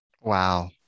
Wow